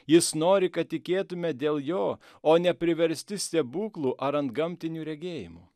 jis nori kad tikėtume dėl jo o ne priversti stebuklų ar antgamtinių regėjimų